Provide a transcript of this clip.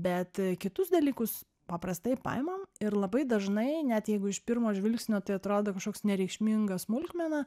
bet kitus dalykus paprastai paimam ir labai dažnai net jeigu iš pirmo žvilgsnio tai atrodo kažkoks nereikšminga smulkmena